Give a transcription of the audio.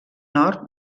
nord